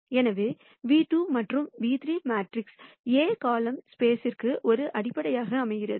எனவே v2 மற்றும் ν 3 matrix A காலம் ஸ்பேஸ்ற்கு ஒரு அடிப்படையாக அமைகிறது